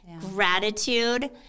gratitude